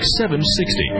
760